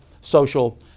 social